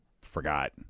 forgot